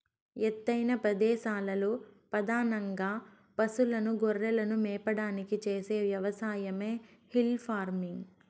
ఎత్తైన ప్రదేశాలలో పధానంగా పసులను, గొర్రెలను మేపడానికి చేసే వ్యవసాయమే హిల్ ఫార్మింగ్